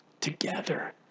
Together